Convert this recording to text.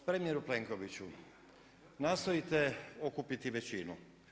Premijeru Plenkoviću, nastojite okupiti većinu.